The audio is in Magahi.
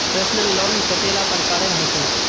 पर्सनल लोन कतेला प्रकारेर होचे?